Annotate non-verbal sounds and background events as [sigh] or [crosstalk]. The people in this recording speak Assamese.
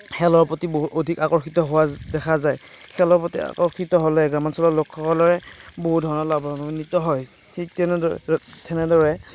খেলৰ প্ৰতি বহু অধিক আকৰ্ষিত হোৱা দেখা যায় খেলৰ প্ৰতি আকৰ্ষিত হ'লে গ্ৰামাঞ্চলৰ লোকসকলৰে বহু ধৰণৰ লাভাৱান্বিত হয় ঠিক তেনেদৰে [unintelligible] তেনেদৰে